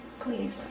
Please